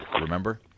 Remember